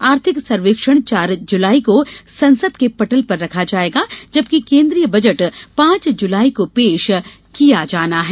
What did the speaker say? आर्थिक सर्वेक्षण चार जुलाई को संसद के पटल पर रखा जाएगा जबकि केन्द्रीय बजट पांच जुलाई को पेश किया जाना है